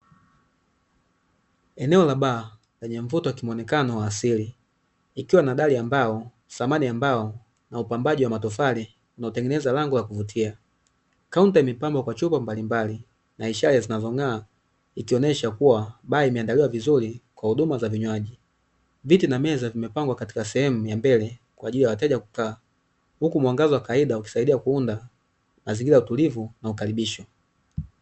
Eneo la baa lenye mvuto wakimwonekano wa asili, ikiwa na dari ya mbao thamani ya mbao na upambaji wa matofali inayotengenezwa lango la kuvutia, kaunta imepambwa kwa chupa mbalimbali na ishara tunazong'aa ikionyesha kuwa baa imeandaliwa vizuri kwa huduma za vinywaji ,viti na meza vimepangwa katika sehemu ya mbele kwa ajili ya wateja kukaa huku mwangaza wa kawaida ukisaidia kuunda mazingira ya utulivu na ukaribisho.